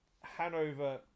Hanover